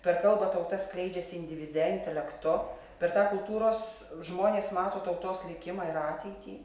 per kalbą tauta skleidžiasi individe intelektu per tą kultūros žmonės mato tautos likimą ir ateitį